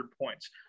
points